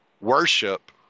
worship